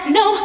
no